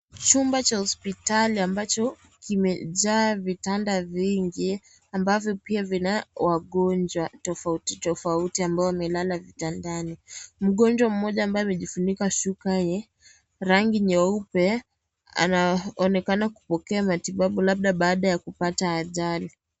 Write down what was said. Chumba cha hospitali ambacho kimejaa vitanda vingi, ambavyo pia vina wagonjwa tofauti tofauti ambao wamelala kitandani. Mgonjwa mmoja ambaye amejifunika shuka yenye rangi nyeupe, anaonekana kupokea matibabu labda baada ya kupata ajali.